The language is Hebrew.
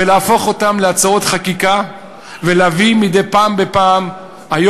ולהפוך אותן להצעות חקיקה ולהביא אותן מדי פעם בפעם לכנסת,